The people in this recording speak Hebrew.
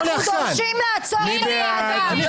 אנחנו דורשים לעצור את הוועדה?